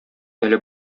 әле